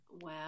Wow